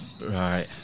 Right